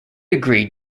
agreed